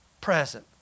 present